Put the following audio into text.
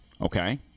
okay